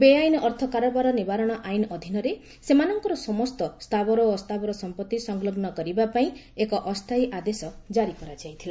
ବେଆଇନ ଅର୍ଥ କାରବାର ନିବାରଣ ଆଇନ ଅଧୀନରେ ସେମାନଙ୍କର ସମସ୍ତ ସ୍ଥାବର ଓ ଅସ୍ଥାବର ସମ୍ପତ୍ତି ସଂଲଗ୍ନ କରିବା ପାଇଁ ଏକ ଅସ୍ଥାୟୀ ଆଦେଶ ଜାରି କରାଯାଇଥିଲା